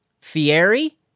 Fieri